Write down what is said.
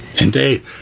Indeed